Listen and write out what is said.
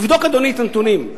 תבדוק, אדוני, את הנתונים.